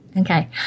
Okay